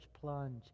plunge